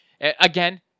again